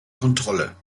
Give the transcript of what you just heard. kontrolle